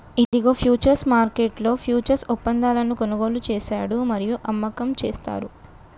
ఇదిగో ఫ్యూచర్స్ మార్కెట్లో ఫ్యూచర్స్ ఒప్పందాలను కొనుగోలు చేశాడు మరియు అమ్మకం చేస్తారు